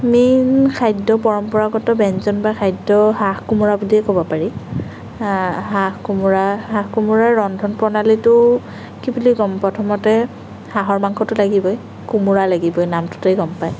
main খাদ্য পৰম্পৰাগত ব্যঞ্জন বা খাদ্য হাঁহ কোমোৰা বুলিয়ে ক'ব পাৰি হাঁহ কোমোৰা হাঁহ কোমোৰাৰ ৰন্ধন প্ৰণালীটো কি বুলি ক'ম প্ৰথমতে হাঁহৰ মাংসটো লাগিবই কোমোৰা লাগিবই নামটোতেই গম পায়